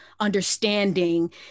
understanding